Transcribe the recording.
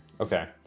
Okay